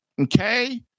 Okay